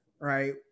Right